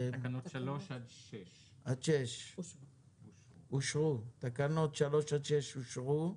תקנות 3 עד 6. תקנות 3 עד 6 אושרו,